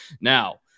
Now